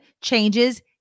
changes